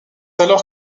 alors